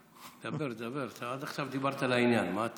דבר, דבר, עד עכשיו דיברת לעניין, מה?